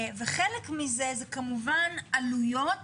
חלק מזה זה כמובן עלויות